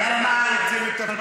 אנחנו רוצים את הפנים.